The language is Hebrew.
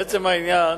לעצם העניין,